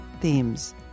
themes